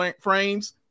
frames